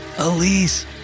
Elise